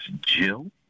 Jill